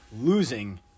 losing